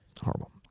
Horrible